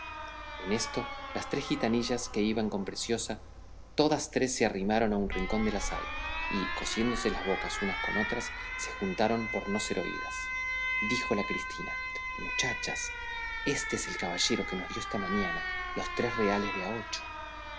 en esto las tres gitanillas que iban con preciosa todas tres se arrimaron a un rincón de la sala y cosiéndose las bocas unas con otras se juntaron por no ser oídas dijo la cristina muchachas éste es el caballero que nos dio esta mañana los tres reales de a ocho